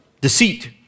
deceit